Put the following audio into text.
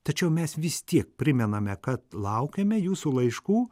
tačiau mes vis tiek primename kad laukiame jūsų laiškų